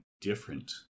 different